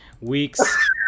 weeks